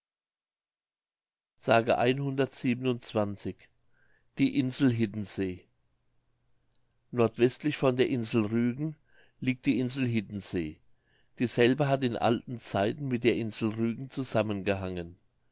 s die insel hiddensee nordwestlich von der insel rügen liegt die insel hiddensee dieselbe hat in alten zeiten mit der insel rügen zusammengehangen